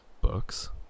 books